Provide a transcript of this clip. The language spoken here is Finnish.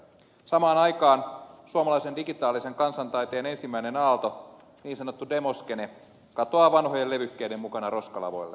samaan aikaan suomalaisen digitaalisen kansantaiteen ensimmäinen aalto niin sanottu demoskene katoaa vanhojen levykkeiden mukana roskalavoille